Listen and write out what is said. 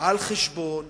על חשבון